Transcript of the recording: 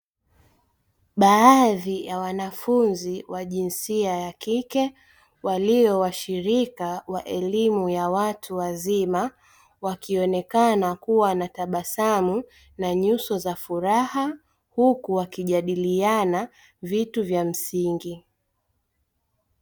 Baadhi ya wanafunzi wa jinsia ya kike walio washirika wa elimu ya watu wazima, wakionekana kuwa na tabasamu na nyuso za furaha huku wakijadiliana vitu vya msingi.